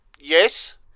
Yes